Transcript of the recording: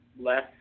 less